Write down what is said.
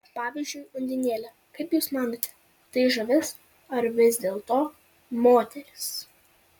pavyzdžiui undinėlė kaip jūs manote tai žuvis ar vis dėlto moteris